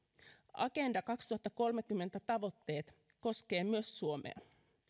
agenda kaksituhattakolmekymmentä tavoitteet koskevat myös suomea